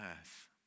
earth